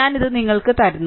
ഞാൻ ഇത് നിങ്ങൾക്ക് തരുന്നു